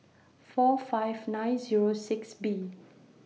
four five nine Zero six B